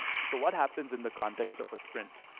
so what happens in the context of a sprint?